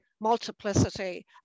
multiplicity